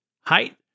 height